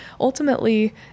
ultimately